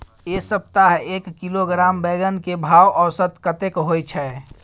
ऐ सप्ताह एक किलोग्राम बैंगन के भाव औसत कतेक होय छै?